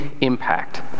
impact